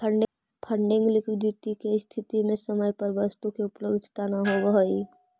funding liquidity के स्थिति में समय पर वस्तु के उपलब्धता न होवऽ हई